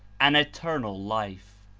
an eternal life.